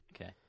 Okay